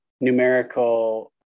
numerical